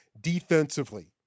defensively